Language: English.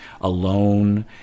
alone